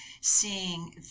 seeing